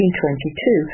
1922